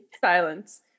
Silence